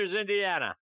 Indiana